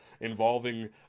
involving